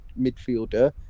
midfielder